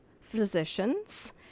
physicians